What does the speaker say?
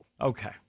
Okay